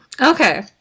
Okay